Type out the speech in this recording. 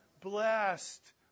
Blessed